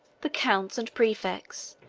the counts and praefects,